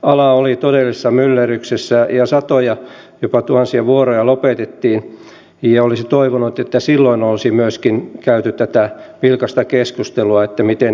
ala oli todellisessa myllerryksessä ja satoja jopa tuhansia vuoroja lopetettiin ja olisi toivonut että silloin olisi myöskin käyty tätä vilkasta keskustelua että miten eteenpäin